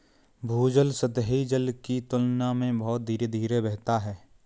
भूजल सतही जल की तुलना में बहुत धीरे धीरे बहता है